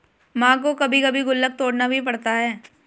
मां को कभी कभी गुल्लक तोड़ना भी पड़ता है